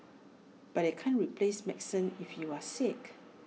but they can't replace medicine if you are sick